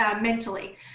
mentally